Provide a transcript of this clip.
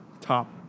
top